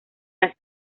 las